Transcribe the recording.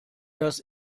das